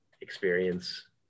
experience